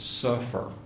suffer